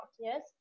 Yes